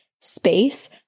space